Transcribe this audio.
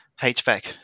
HVAC